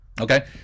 Okay